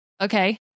Okay